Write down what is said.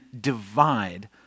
divide